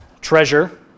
treasure